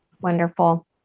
Wonderful